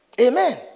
Amen